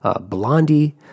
Blondie